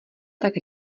tak